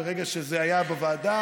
ברגע שזה היה בוועדה,